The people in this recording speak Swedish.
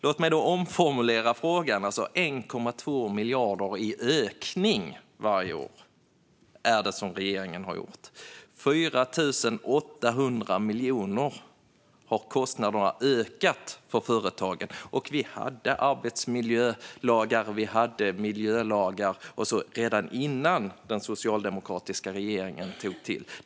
Låt mig då omformulera mig: Regeringen har åstadkommit 1,2 miljarder i ökning varje år. Kostnaderna för företagen har ökat med 4 800 miljoner. Vi hade arbetsmiljölagar och miljölagar redan innan den socialdemokratiska regeringen tog vid.